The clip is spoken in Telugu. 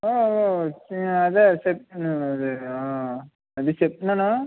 అదే అదే చెప్తున్నాను